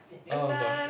oh gosh